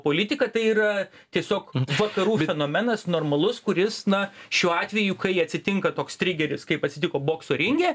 politiką tai yra tiesiog vakarų fenomenas normalus kuris na šiuo atveju kai atsitinka toks trigeris kaip atsitiko bokso ringe